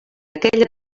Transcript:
aquella